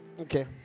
Okay